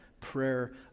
prayer